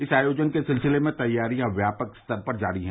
इस आयोजन के सिलसिले में तैयारियां व्यापक स्तर पर जारी हैं